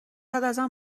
ازم